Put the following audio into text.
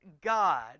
God